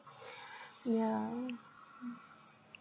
yeah mm